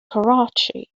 karachi